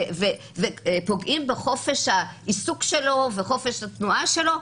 ופוגעים בחופש העיסוק שלו וחופש התנועה שלו?